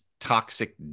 toxic